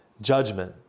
judgment